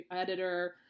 editor